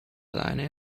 alleine